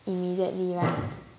immediately right